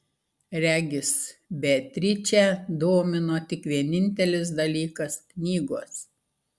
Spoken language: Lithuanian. regis beatričę domino tik vienintelis dalykas knygos